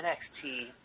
nxt